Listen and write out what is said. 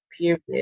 period